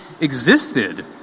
existed